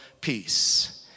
Peace